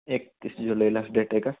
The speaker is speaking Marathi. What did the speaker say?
एकतीस जुलै लास डेट आहे का